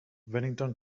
bennington